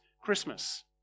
Christmas